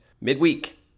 midweek